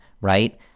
right